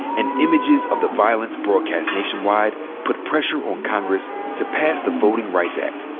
and images of the violence broadcast nation-wide put pressure on congress to pass the voting rights act.